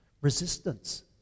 resistance